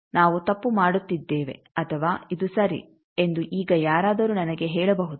ನಾವು ತಪ್ಪು ಮಾಡಿತ್ತಿದ್ದೇವೆ ಅಥವಾ ಇದು ಸರಿ ಎಂದು ಈಗ ಯಾರಾದರೂ ನನಗೆ ಹೇಳಬಹುದೇ